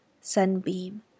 sunbeam